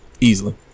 Easily